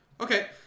Okay